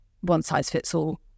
one-size-fits-all